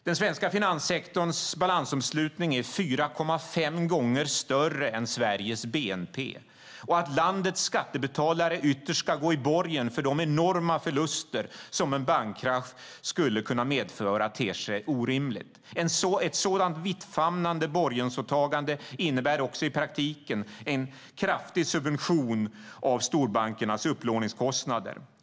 Den svenska finanssektorns balansomslutning är 4,5 gånger större än Sveriges bnp, och att landets skattebetalare ytterst ska gå i borgen för de enorma förluster som en bankkrasch skulle kunna medföra ter sig orimligt. Ett sådant vittfamnande borgensåtagande innebär i praktiken en kraftig subvention av storbankernas upplåningskostnader.